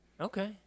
Okay